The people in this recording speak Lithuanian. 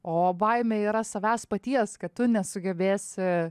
o baimė yra savęs paties kad tu nesugebėsi